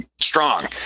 strong